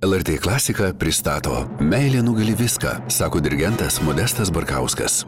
lrt klasika pristato meilė nugali viską sako dirigentas modestas barkauskas